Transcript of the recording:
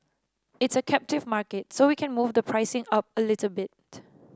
it's a captive market so we can move the pricing up a little bit